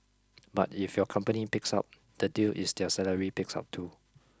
but if your company picks up the deal is their salary picks up too